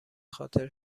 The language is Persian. خاطر